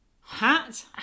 hat